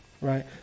Right